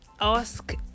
ask